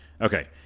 Okay